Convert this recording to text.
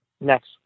next